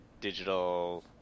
digital